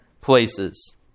places